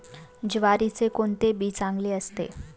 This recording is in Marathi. ज्वारीचे कोणते बी चांगले असते?